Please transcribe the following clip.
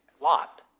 Lot